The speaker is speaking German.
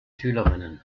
schülerinnen